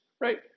right